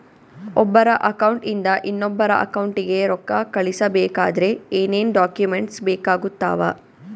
ಒಬ್ಬರ ಅಕೌಂಟ್ ಇಂದ ಇನ್ನೊಬ್ಬರ ಅಕೌಂಟಿಗೆ ರೊಕ್ಕ ಕಳಿಸಬೇಕಾದ್ರೆ ಏನೇನ್ ಡಾಕ್ಯೂಮೆಂಟ್ಸ್ ಬೇಕಾಗುತ್ತಾವ?